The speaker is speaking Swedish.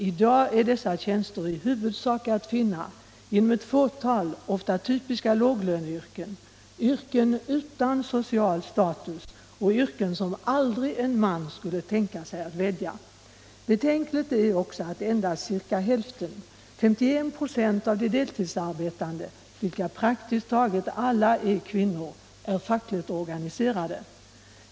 I dag är dessa tjänster i huvudsak att finna inom ett fåtal yrken — ofta typiska låglöneyrken, yrken utan social status och yrken som aldrig en man skulle kunna tänka sig att välja. Betänkligt är också att endast ca hälften, 51 ”., av de deltidsarbetande, vilka praktiskt taget alla är kvinnor, är fackligt organiserade.